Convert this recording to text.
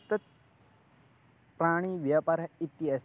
तत् प्राणीव्यापारः इत्यस्ति